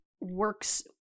works